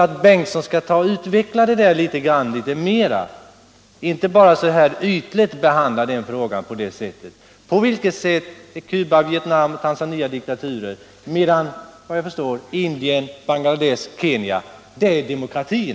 Jag skulle önska att herr Bengtson utvecklade detta litet mera än vad han gjorde i sin ytliga behandling av denna fråga. På vilket sätt är Cuba, Vietnam och Tanzania diktaturer och Indien, Bangladesh och Kenya demokratier?